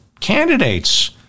candidates